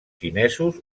xinesos